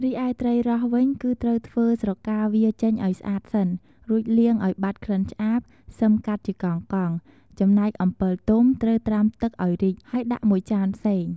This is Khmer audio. រីឯត្រីរ៉ស់វិញគឺត្រូវធ្វើស្រកាវាចេញឱ្យស្អាតសិន រួចលាងឲ្យបាត់ក្លិនឆ្អាប សិមកាត់ជាកង់ៗ ចំណែកអំពិលទុំត្រូវត្រាំទឹកឱ្យរីក ហើយដាក់មួយចានផ្សេង ។